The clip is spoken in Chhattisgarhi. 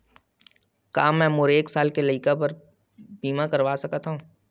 का मै मोर एक साल के लइका के बीमा करवा सकत हव?